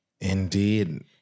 Indeed